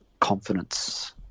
confidence